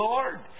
Lord